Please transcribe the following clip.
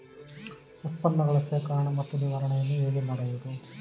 ಉತ್ಪನ್ನಗಳ ಶೇಖರಣೆ ಮತ್ತು ನಿವಾರಣೆಯನ್ನು ಹೇಗೆ ಮಾಡಬಹುದು?